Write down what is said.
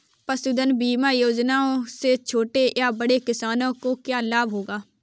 पशुधन बीमा योजना से छोटे या बड़े किसानों को क्या लाभ होगा?